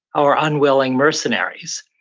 or unwilling mercenaries.